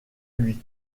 lui